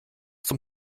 zum